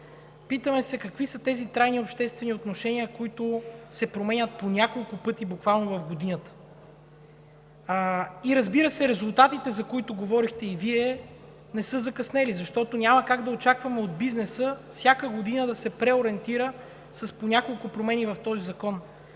Питаме се какви са тези трайни обществени отношения, които се променят буквално по няколко пъти в годината. Разбира се, резултатите, за които говорихте и Вие, не са закъснели. Няма как да очакваме от бизнеса всяка година да се преориентира с по няколко промени в този закон.